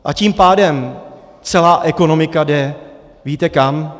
A tím pádem celá ekonomika jde, víte kam?